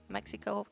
Mexico